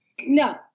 No